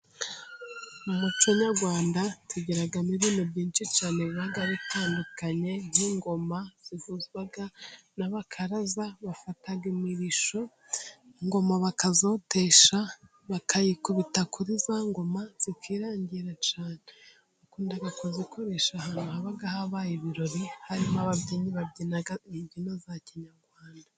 Mu muco nyarwanda tugiramo ibintu byinshi cyane biba bitandukanye :nk'ingoma zivuzwa n'abakaraza, bafata imirishyo ingoma bakazotesha ,bakayikubita kuri za ngoma zikirangira cyane, bakunda kuzikoresha ahantu haba habaye ibirori ,harimo ababyinnyi babyina imbyino za kinyarwanda.